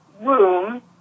room